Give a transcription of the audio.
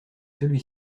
celui